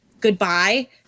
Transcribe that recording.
goodbye